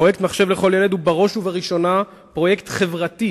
פרויקט "מחשב לכל ילד" הוא בראש ובראשונה פרויקט חברתי,